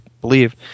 believe